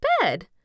bed